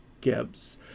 Gibbs